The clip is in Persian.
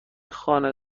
خانه